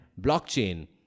blockchain